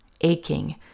aching